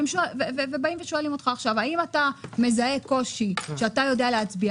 הם שואלים אותך עכשיו: האם אתה מזהה קושי שאתה יודע להצביע